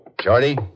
Shorty